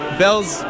bells